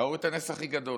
ראו את הנס הכי גדול,